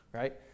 right